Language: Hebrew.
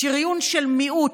שריון של מיעוט,